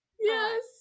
Yes